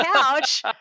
couch